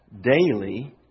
daily